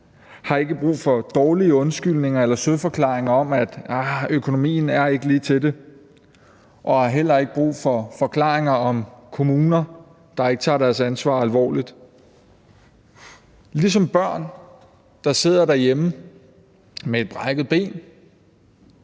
har ikke brug for dårlige undskyldninger eller søforklaringer om, at økonomien ikke lige er til at hjælpe, og har heller ikke brug for forklaringer om kommuner, der ikke tager deres ansvar alvorligt. Ligesom børn, der sidder derhjemme med et brækket ben,